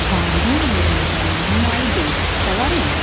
વાંધો નહીં તમ તમારે હું આવી જઈશ સવારે ને